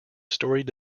storied